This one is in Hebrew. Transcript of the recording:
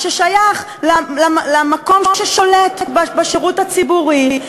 ששייך למקום ששולט בשירות הציבורי,